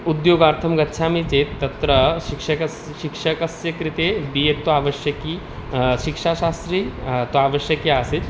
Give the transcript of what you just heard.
उद्योगार्थं गच्छामि चेत् तत्र शिक्षकस्य शिक्षकस्य कृते बि एड् तु आवश्यकी शिक्षा शास्त्रि तु आवश्यकी आसीत्